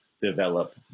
develop